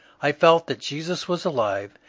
i felt that jesus was alive,